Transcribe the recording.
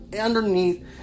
underneath